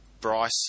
Bryce